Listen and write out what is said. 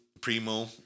Primo